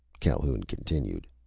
calhoun continued,